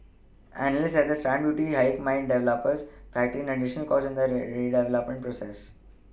analysts said the stamp duty hike meant developers factor in an additional cost in their purchases